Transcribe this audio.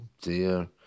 dear